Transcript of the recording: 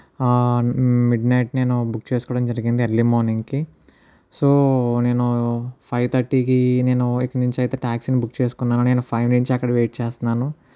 mid night నేను book చేసుకోవడం జరిగింది ఎర్లీ మార్నింగ్ కి సో నేను ఫైవ్ థర్టీ కి నేను ఇకనుంచైతే టాక్సి ని బుక్ చేసుకున్నాను నేను ఫైవ్ నుంచి అక్కడ వెయిట్ చేస్తున్నాను